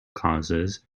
causes